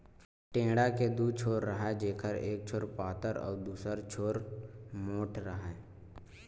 टेंड़ा के दू छोर राहय जेखर एक छोर पातर अउ दूसर छोर मोंठ राहय